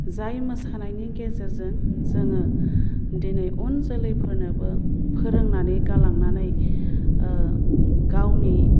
जाय मोसानायनि गेजेरजों जोङो दिनै उन जोलैफोरनोबो फोरोंनानै गालांनानै गावनि